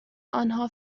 آنها